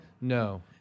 No